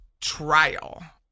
trial